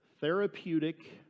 therapeutic